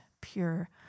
pure